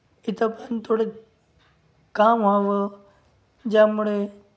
इथं पण थोडं काम व्हावं ज्यामुळे